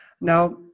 Now